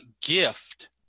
gift